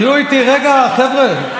תהיו איתי רגע, חבר'ה.